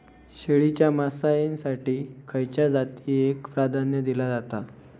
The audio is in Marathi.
शेळीच्या मांसाएसाठी खयच्या जातीएक प्राधान्य दिला जाता?